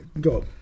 go